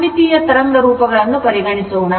ಸಮ್ಮಿತೀಯ ತರಂಗ ರೂಪಗಳನ್ನು ಪರಿಗಣಿಸೋಣ